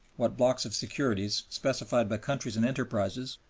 what blocks of securities, specified by countries and enterprises,